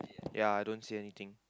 ya I don't see anything